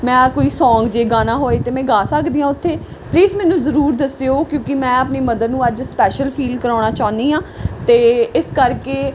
ਮੈਂ ਕੋਈ ਸੌਂਗ ਜੇ ਗਾਉਣਾ ਹੋਏ ਤਾਂ ਮੈਂ ਗਾ ਸਕਦੀ ਹਾਂ ਉੱਥੇ ਪਲੀਜ਼ ਮੈਨੂੰ ਜ਼ਰੂਰ ਦੱਸਿਓ ਕਿਉਂਕਿ ਮੈਂ ਆਪਣੀ ਮਦਰ ਨੂੰ ਅੱਜ ਸਪੈਸ਼ਲ ਫੀਲ ਕਰਾਉਣਾ ਚਾਹੁੰਦੀ ਹਾਂ ਅਤੇ ਇਸ ਕਰਕੇ